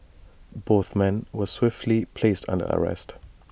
both men were swiftly placed under arrest